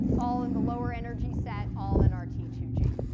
all in the lower energy set, all in our t two g.